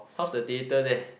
how's the theatre there